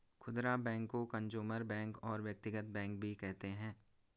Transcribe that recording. खुदरा बैंक को consumer bank और व्यक्तिगत बैंक भी कहते हैं